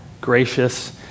gracious